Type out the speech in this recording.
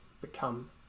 become